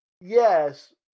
Yes